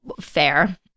Fair